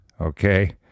Okay